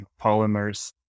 polymers